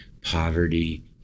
poverty